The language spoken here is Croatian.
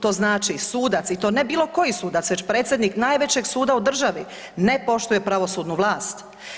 To znači sudac i to ne bilo koji sudac već predsjednik najvećeg suda u državi ne poštuje pravosudnu vlast.